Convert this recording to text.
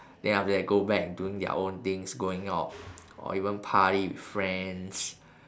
then after that go back doing their own things going out or even party with friends